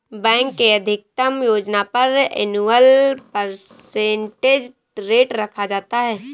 bank के अधिकतम योजना पर एनुअल परसेंटेज रेट रखा जाता है